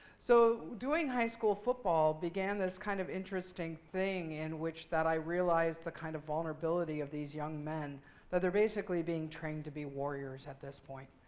so doing high school football began that, kind of, interesting thing in which that i realized the kind of vulnerability of these young men that they're, basically, being trained to be warriors, at this point,